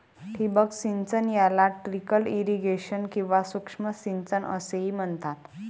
ठिबक सिंचन याला ट्रिकल इरिगेशन किंवा सूक्ष्म सिंचन असेही म्हणतात